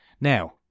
Now